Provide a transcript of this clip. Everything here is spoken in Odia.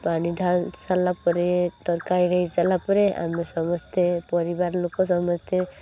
ପାଣି ଢାଳି ସାରିଲା ପରେ ତରକାରୀ ହେଇସାରିଲା ପରେ ଆମେ ସମସ୍ତେ ପରିବାର ଲୋକ ସମସ୍ତେ